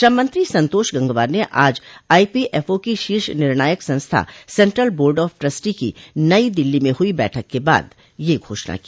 श्रम मंत्री संतोष गंगवार ने आज ईपीएफओ की शीर्ष निर्णायक संस्था सेन्ट्रल बोर्ड ऑफ ट्रस्टी की नई दिल्ली में हुई बैठक के बाद यह घोषणा की